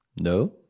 no